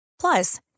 Plus